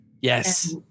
Yes